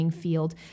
field